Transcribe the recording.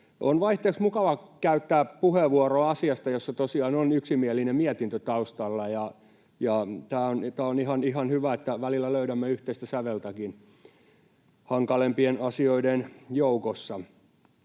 On vaihteeksi mukava käyttää puheenvuoro asiasta, jossa tosiaan on yksimielinen mietintö taustalla. On ihan hyvä, että välillä löydämme yhteistäkin säveltä hankalampien asioiden joukossa.